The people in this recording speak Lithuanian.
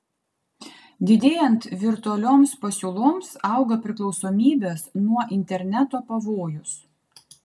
didėjant virtualioms pasiūloms auga priklausomybės nuo interneto pavojus